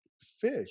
Fish